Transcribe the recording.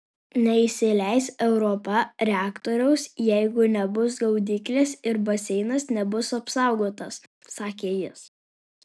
neįsileis europa reaktoriaus jeigu nebus gaudyklės ir baseinas nebus apsaugotas sakė jis